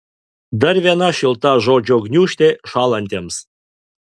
dar viena šilta žodžių gniūžtė šąlantiems